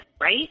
right